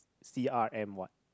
c_r_m what